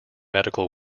medical